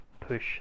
push